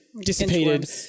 dissipated